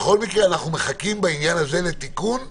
בכל מקרה, אנחנו מחכים בעניין הזה לתיקון מהיר,